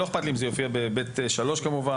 לא אכפת לי אם זה יופיע ב-(ב)(3) כמובן